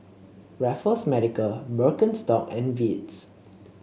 Raffles Medical Birkenstock and Beats